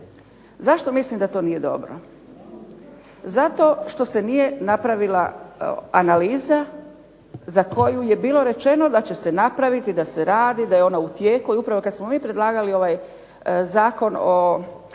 Zašto mislim da to nije dobro? Zato što se nije napravila analiza za koju je bilo rečeno da će se napraviti, da se radi, da je ona u tijeku. I upravo kada smo mi predlagali ovaj Zakon o